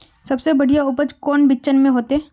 सबसे बढ़िया उपज कौन बिचन में होते?